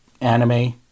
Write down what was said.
anime